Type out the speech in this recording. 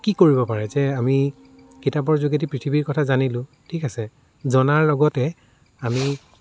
কি কৰিব পাৰে যে আমি কিতাপৰ যোগেদি পৃথিৱীৰ কথা জানিলোঁ ঠিক আছে জনাৰ লগতে আমি